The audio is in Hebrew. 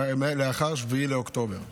לאחר 7 באוקטובר,